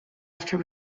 after